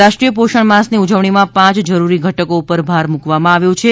રાષ્ટ્રીય પોષણ મા સની ઉજવણીમાં પાંચ જરૂરી ઘટકો પર ભાર મુકવામાં આવ્યો છે